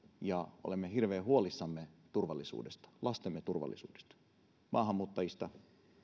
ja olemme hirveän huolissamme turvallisuudesta lastemme turvallisuudesta myös maahanmuuttajista